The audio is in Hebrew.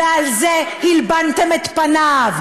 ועל זה הלבנתם את פניו,